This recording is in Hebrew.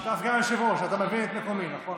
אתה סגן יושב-ראש, אתה מבין את מקומי, נכון?